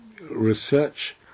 Research